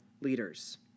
leaders